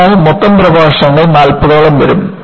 അതിനാൽ മൊത്തം പ്രഭാഷണങ്ങൾ നാൽപതോളം വരും